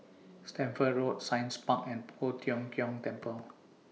Stamford Road Science Park and Poh Tiong Kiong Temple